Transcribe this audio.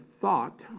thought